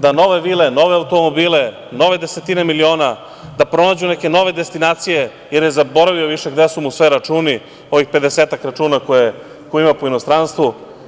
da nove vile, nove automobile, nove desetine miliona, da pronađu neke nove destinacije, jer je zaboravio više gde su mu sve računi, ovih pedesetak računa koje ima po inostranstvu.